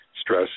stress